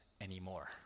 anymore